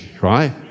right